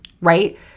right